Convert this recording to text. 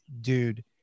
dude